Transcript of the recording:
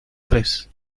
tres